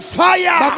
fire